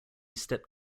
stepped